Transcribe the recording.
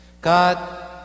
God